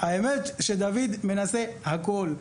האמת שדויד מנסה הכול,